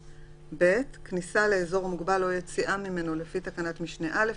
(ב) כניסה לאזור מוגבל או יציאה ממנו לפי תקנת משנה (א),